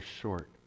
short